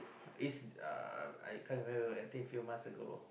is uh I can't remember I think few months ago